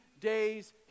days